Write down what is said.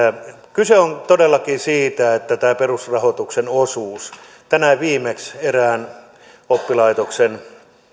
kyse on todellakin tästä perusrahoituksen osuudesta viimeksi tänään keskustelin erään oppilaitoksen